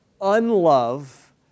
unlove